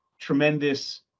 tremendous